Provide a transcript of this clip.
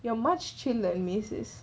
you are much chill it means is